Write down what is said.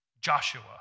Joshua